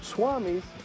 Swami's